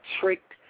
tricked